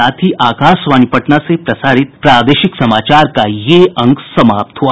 इसके साथ ही आकाशवाणी पटना से प्रसारित प्रादेशिक समाचार का ये अंक समाप्त हुआ